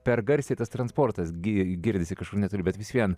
per garsiai tas transportas gi girdisi kažkur netoli bet vis vien